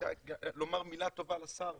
ולומר מילה טובה לשר